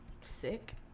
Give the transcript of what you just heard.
sick